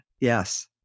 Yes